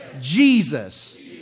Jesus